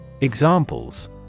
Examples